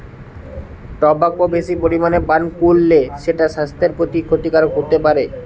tobacco বেশি পরিমাণে পান কোরলে সেটা সাস্থের প্রতি ক্ষতিকারক হোতে পারে